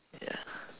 ya